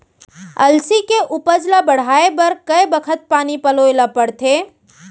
अलसी के उपज ला बढ़ए बर कय बखत पानी पलोय ल पड़थे?